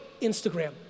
Instagram